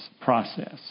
process